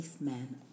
man